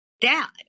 Dad